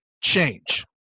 change